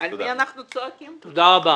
תודה.